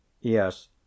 Yes